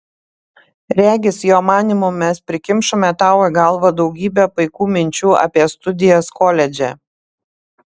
regis jo manymu mes prikimšome tau į galvą daugybę paikų minčių apie studijas koledže